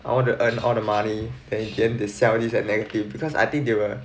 I want to earn all the money and then they sell this at negative because I think they will